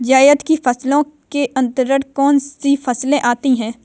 जायद की फसलों के अंतर्गत कौन कौन सी फसलें आती हैं?